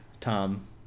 Tom